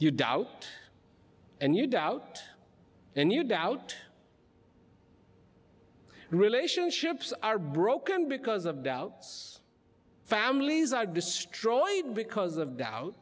you doubt and you doubt and you doubt relationships are broken because of doubts families are destroyed because of doubt